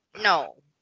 no